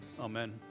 Amen